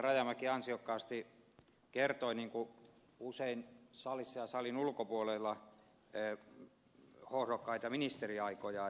rajamäki ansiokkaasti kertoi niin kuin usein salissa ja salin ulkopuolella hohdokkaista ministeriajoistaan